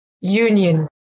union